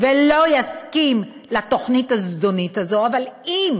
ולא יסכים לתוכנית הזדונית הזאת, אבל אם